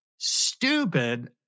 stupid